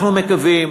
אנחנו מקווים,